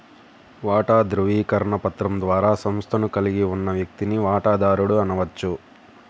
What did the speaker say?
వాటా ధృవీకరణ పత్రం ద్వారా సంస్థను కలిగి ఉన్న వ్యక్తిని వాటాదారుడు అనవచ్చు